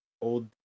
old